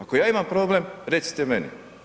Ako ja imam problem, recite meni.